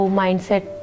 mindset